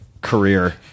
career